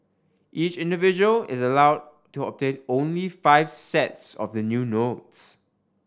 each individual is allowed to obtain only five sets of the new notes